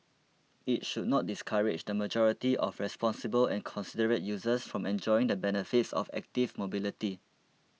it should not discourage the majority of responsible and considerate users from enjoying the benefits of active mobility